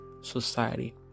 society